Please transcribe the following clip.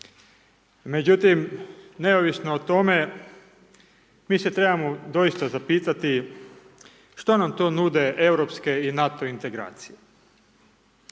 Međutim, neovisno o tome, mi se trebamo doista zapitati što nam to nude Europske i NATO integracije.